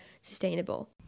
sustainable